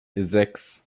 sechs